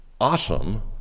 awesome